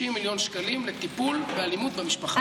מיליון שקלים לטיפול באלימות במשפחה.